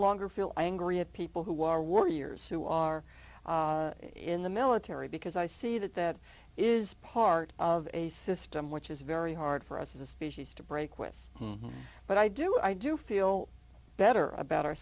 longer feel angry at people who are worriers who are in the military because i see that that is part of a system which is very hard for us as a species to break with but i do i do feel better about our